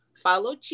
follow